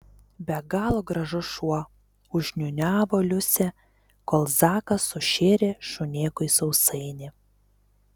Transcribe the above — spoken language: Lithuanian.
be galo gražus šuo užniūniavo liusė kol zakas sušėrė šunėkui sausainį